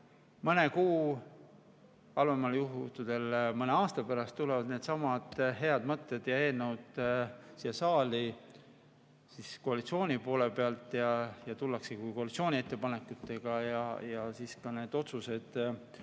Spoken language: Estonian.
mõne kuu, halvimal juhul mõne aasta pärast tulevad needsamad head mõtted ja eelnõud siia saali koalitsiooni poole pealt ja kui tullakse nendega kui koalitsiooni ettepanekutega, siis need otsused